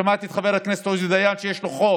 שמעתי את חבר הכנסת עוזי דיין שיש לו חוק